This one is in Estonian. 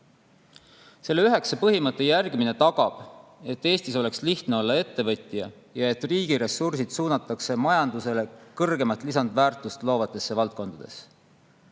Üheksa põhimõtte järgimine tagab, et Eestis oleks lihtne olla ettevõtja ja et riigi ressursid suunataks majandusele kõrgemat lisandväärtust loovatesse valdkondadesse.